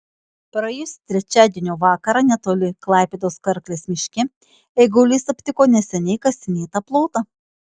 praėjusį trečiadienio vakarą netoli klaipėdos karklės miške eigulys aptiko neseniai kasinėtą plotą